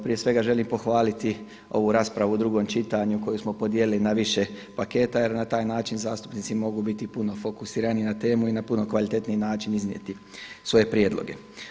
Prije svega želim pohvaliti ovu raspravu u drugom čitanju koju smo podijelili na više paketa jer na taj način zastupnici mogu biti puno fokusiraniji na temu i na puno kvalitetniji način iznijeti svoje prijedloge.